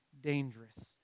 dangerous